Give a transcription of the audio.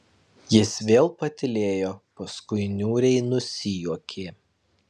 jis vėl patylėjo paskui niūriai nusijuokė